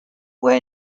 were